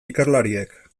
ikerlariek